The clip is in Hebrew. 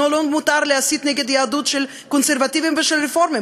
לא מותר להסית נגד יהדות של קונסרבטיבים ושל רפורמים.